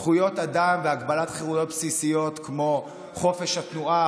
זכויות אדם והגבלת חירויות בסיסיות כמו חופש התנועה,